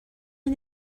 and